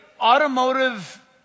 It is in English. automotive